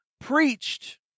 preached